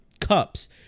cups